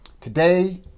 today